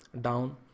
down